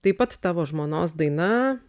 taip pat tavo žmonos daina